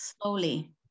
slowly